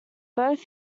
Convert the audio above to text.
both